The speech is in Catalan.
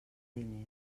diners